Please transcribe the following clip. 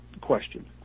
question